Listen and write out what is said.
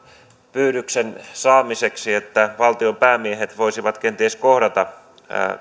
pyydykseen saamiseksi niin että valtionpäämiehet voisivat kenties kohdata